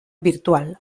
virtual